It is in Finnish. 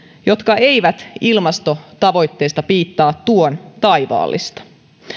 jotka eivät ilmastotavoitteista piittaa tuon taivaallista